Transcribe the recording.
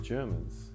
Germans